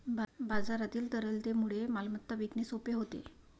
बाजारातील तरलतेमुळे मालमत्ता विकणे सोपे होते